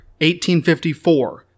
1854